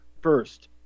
first